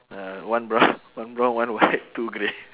uh one brown one brown one white two grey